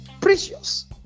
precious